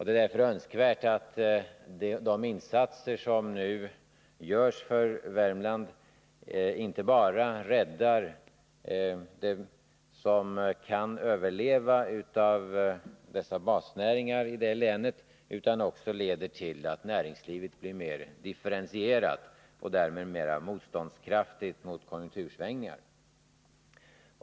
Det är därför önskvärt att de insatser som nu görs för Värmland inte bara räddar vad som kan överleva inom dessa basnäringar i länet utan också leder till att näringslivet blir mer differentierat och därmed mera motståndskraftigt mot konjunktursvängningar.